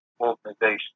organization